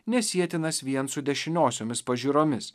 nesietinas vien su dešiniosiomis pažiūromis